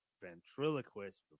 ventriloquist